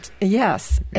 Yes